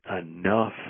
enough